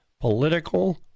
political